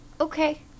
Okay